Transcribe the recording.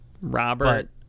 Robert